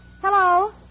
Hello